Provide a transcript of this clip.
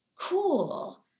cool